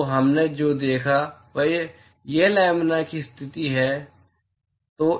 तो हमने जो देखा वह लामिना की स्थिति है